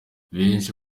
benshi